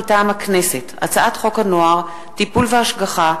מטעם הכנסת: הצעת חוק הנוער (טיפול והשגחה)